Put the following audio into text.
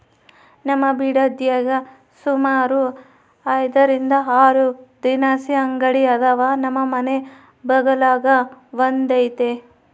ನಮ್ ಬಿಡದ್ಯಾಗ ಸುಮಾರು ಐದರಿಂದ ಆರು ದಿನಸಿ ಅಂಗಡಿ ಅದಾವ, ನಮ್ ಮನೆ ಬಗಲಾಗ ಒಂದೈತೆ